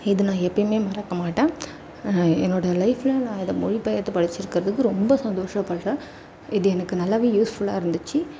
இது நான் எப்பவுமே மறக்க மாட்டேன் என்னோடய லைஃப்ல நான் இதை மொழிபெயர்த்துப் படிச்சிக்குறதுக்கு ரொம்ப சந்தோஷப் படுறேன் இது எனக்கு நல்லாவே யூஸ்ஃபுல்லாக இருந்திச்சு